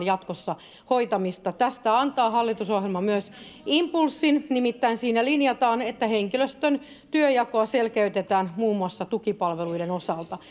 jatkossa olemaan hoitamista tästä antaa hallitusohjelma myös impulssin nimittäin siinä linjataan että henkilöstön työnjakoa selkeytetään muun muassa tukipalveluiden osalta